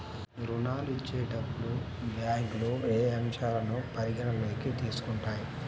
ఋణాలు ఇచ్చేటప్పుడు బ్యాంకులు ఏ అంశాలను పరిగణలోకి తీసుకుంటాయి?